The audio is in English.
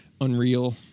Unreal